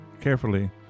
carefully